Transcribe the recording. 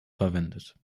verwendet